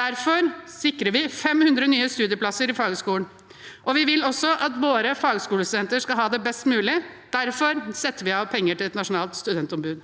Derfor sikrer vi 500 nye studieplasser i fagskolen. Vi vil også at våre fagskolestudenter skal ha det best mulig, derfor setter vi av penger til et nasjonalt studentombud.